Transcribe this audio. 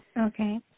Okay